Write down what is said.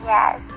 Yes